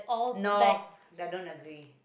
no I don't agree